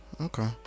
okay